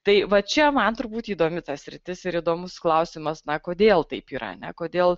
tai va čia man turbūt įdomi ta sritis ir įdomus klausimas na kodėl taip yra a ne kodėl